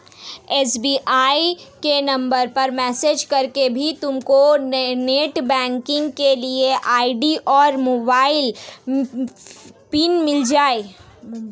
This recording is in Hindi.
एस.बी.आई के नंबर पर मैसेज करके भी तुमको नेटबैंकिंग के लिए आई.डी और मोबाइल पिन मिल जाएगा